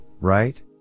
right